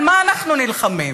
על מה אנחנו נלחמים?